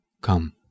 come